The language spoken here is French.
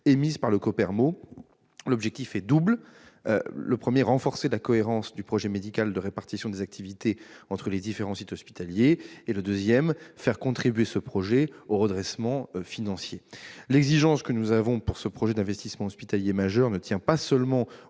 émises par le COPERMO. L'objectif est double : renforcer la cohérence du projet médical de répartition des activités entre les différents sites hospitaliers ; faire contribuer ce projet au redressement financier. L'exigence que nous avons pour ce projet d'investissement hospitalier majeur tient non pas seulement au